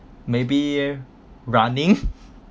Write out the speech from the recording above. maybe running